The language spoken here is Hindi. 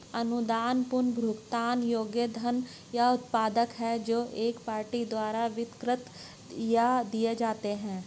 अनुदान गैर पुनर्भुगतान योग्य धन या उत्पाद हैं जो एक पार्टी द्वारा वितरित या दिए जाते हैं